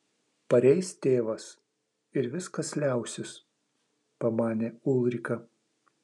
pareis tėvas ir viskas liausis pamanė ulrika